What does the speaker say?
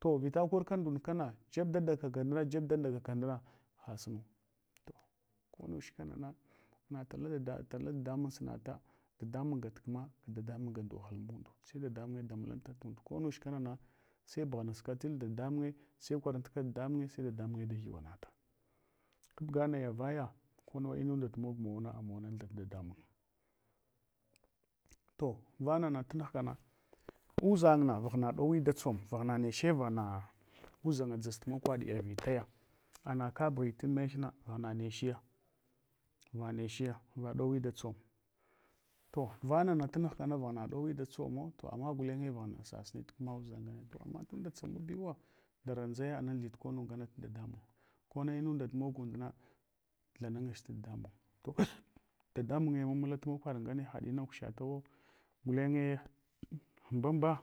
To vita ker ka ndund kana jeb da ndagaka nduna, jeb da ndagaka nduna, hasunu. To ko much kana na natala dadamun sunafa, dadamun gathma dadamun gandule, sai dadamunye damu lanta tunda. Korech kana na sai bughanask tunda dadamunye sai kwankwa tdadamunye dadamunye dahyuwanta kabga naya vaya konuwe munda tu mog mawana amawan tha tu dadamun. To vanana tunighkana vdʒangna vaghna ɗowi datsom vaghna neche vaghna udʒanga dʒastu makwaɗiya vitaya, amaka bughi tu mech na vaghna nechiya vanechiya, vaɗowi da tsom. To vanana tunughka vaghna ɗowi datsomo, to ama gulenye vaghna sasuni kma udʒangna. To ama tunda tsamabiwa, dara ndʒaya anathit konu nganat dadamun. Kone inunda tumog undna thananch tu dadamun. To dadamunye mullantu mkwaɗngne haɗ inakushatawo, gulenye mbam.